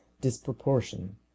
disproportion